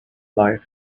life